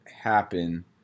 happen